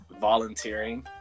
volunteering